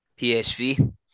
PSV